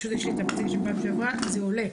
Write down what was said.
יש לי את המצגת של הפעם שעברה זה עולה,